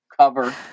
cover